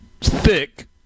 thick